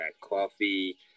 coffee